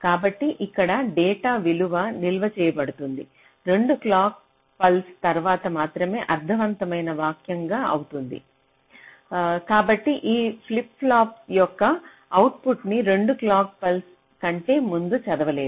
కాబట్టి ఇక్కడ డేటా విలువ నిల్వ చేయబడుతుంది 2 క్లాక్ పల్స్ తర్వాత మాత్రమే అర్ధవంతమైన వ్యాఖ్యానం అవుతుంది కాబట్టి ఈ ఫ్లిప్ ఫ్లాప్ల యొక్క అవుట్పుట్ ని 2 క్లాక్ పల్స్ కంటే ముందు చదవలేరు